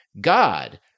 god